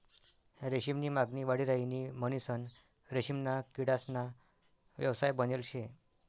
रेशीम नी मागणी वाढी राहिनी म्हणीसन रेशीमना किडासना व्यवसाय बनेल शे